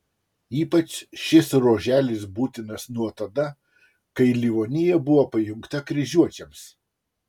ypač šis ruoželis būtinas nuo tada kai livonija buvo pajungta kryžiuočiams